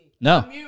No